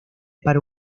para